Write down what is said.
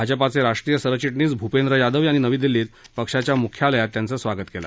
भाजपाचे राष्ट्रीय सरचिटणीस भूपेंद्र यादव यांनी नवी दिल्लीत पक्षाच्या मुख्यालयात त्यांचं स्वागत केलं